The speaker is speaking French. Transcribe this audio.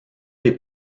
des